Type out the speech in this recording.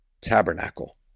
tabernacle